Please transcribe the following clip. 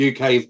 UK